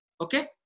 Okay